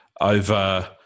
over